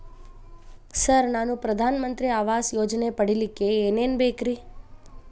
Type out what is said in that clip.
Sir ನಾನು ಪ್ರಧಾನ ಮಂತ್ರಿ ಆವಾಸ್ ಯೋಜನೆ ಪಡಿಯಲ್ಲಿಕ್ಕ್ ಏನ್ ಏನ್ ಬೇಕ್ರಿ?